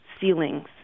ceilings